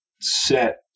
set